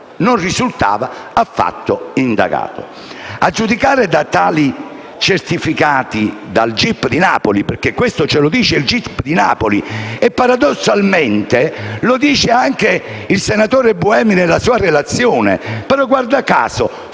non risultava affatto indagato,